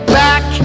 back